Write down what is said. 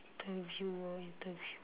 interviewer ah interviewee